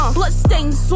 Bloodstains